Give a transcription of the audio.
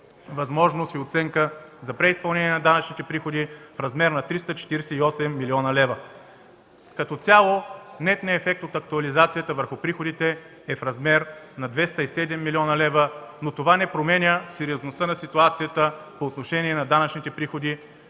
възможност и оценка за преизпълнение на данъчните приходи в размер на 348 млн. лв. Като цяло, нетният ефект от актуализацията върху приходите е в размер на 207 млн. лв., но това не променя сериозността на ситуацията по отношение на данъчните приходи,